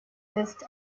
ist